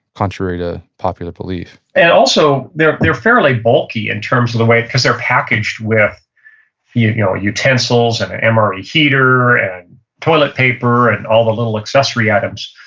contrary to popular belief and also, they're they're fairly bulky in and terms of the weight because they're packaged with you know utensils and an mre heater and toilet paper and all the little accessory items.